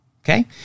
Okay